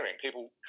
people